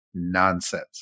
nonsense